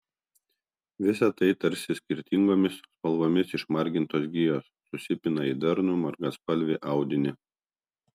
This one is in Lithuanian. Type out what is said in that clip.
visa tai tarsi skirtingomis spalvomis išmargintos gijos susipina į darnų margaspalvį audinį